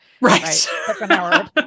Right